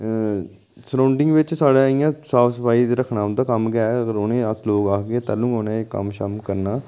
surrounding बिच साढ़े इ'यां साफ सफाई रक्खना उं'दा कम्म गै ऐ अगर उ'नें गी अस लोग आखगे तैह्लूं गै उ'नें एह् कम्म शम्म करना